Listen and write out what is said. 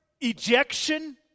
ejection